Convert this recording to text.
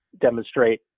demonstrate